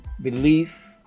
belief